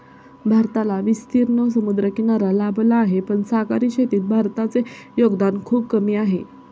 भारताला विस्तीर्ण समुद्रकिनारा लाभला आहे, पण सागरी शेतीत भारताचे योगदान खूप कमी आहे